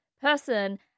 person